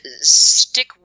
stick